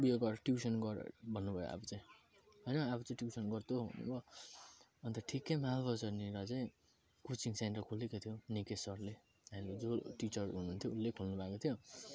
यो गर् ट्युसन गर् भन्नुभयो अब चाहिँ हैन अब चाहिँ टिउसन गर् तँ अनि त ठिकै मालबजारनिर चाहिँ कोचिङ सेन्टर खोलेको थियो निकेस सरले अहिले जो टिचर हुनुहुन्थ्यो उसले खोल्नुभएको थियो